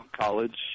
College